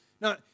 Now